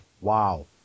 Wow